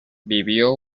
vivió